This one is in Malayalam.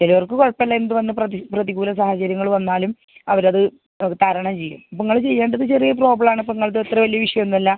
ചിലർക്ക് കുഴപ്പം ഇല്ല എന്ത് വന്ന് പ്രതി പ്രതികൂല സാഹചര്യങ്ങള് വന്നാലും അവരത് അത് തരണം ചെയ്യും ഇപ്പോൾ നിങ്ങൾ ചെയ്യണ്ടത് ചെറിയ പ്രോബ്ലം ആണ് ഇപ്പോൾ നിങ്ങൾ അത് അത്ര വലിയ വിഷയം ഒന്നും അല്ല